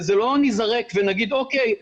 וזה לא ניזרק ונגיד 'או.קיי,